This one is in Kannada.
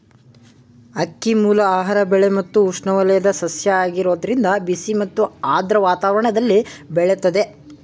ಅಕ್ಕಿಮೂಲ ಆಹಾರ ಬೆಳೆ ಮತ್ತು ಉಷ್ಣವಲಯದ ಸಸ್ಯ ಆಗಿರೋದ್ರಿಂದ ಬಿಸಿ ಮತ್ತು ಆರ್ದ್ರ ವಾತಾವರಣ್ದಲ್ಲಿ ಬೆಳಿತದೆ